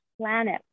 planet